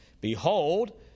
Behold